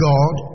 God